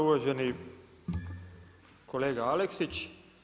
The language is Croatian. Uvaženi kolega Aleksić.